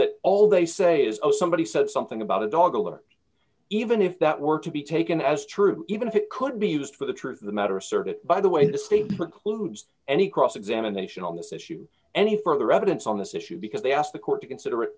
that all they say is oh somebody said something about a dog alert even if that were to be taken as true even if it could be used for the truth of the matter asserted by the way the state for clues and the cross examination on this issue any further evidence on this issue because they ask the court to consider it